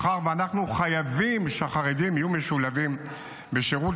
מאחר שאנחנו חייבים שהחרדים יהיו משולבים בשירות